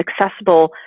accessible